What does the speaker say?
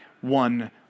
one